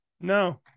no